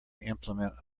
implement